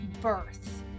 birth